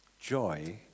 joy